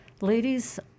Ladies